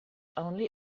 only